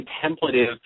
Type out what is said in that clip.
contemplative